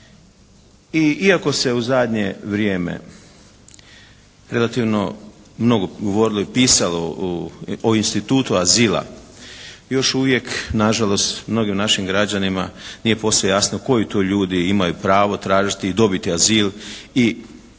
iako se u zadnje vrijeme relativno mnogo govorilo i pisalo o institutu azila, još uvijek nažalost mnogim našim građanima nije posve jasno koji to ljudi imaju pravo tražiti i dobiti azil i kako bi